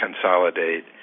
consolidate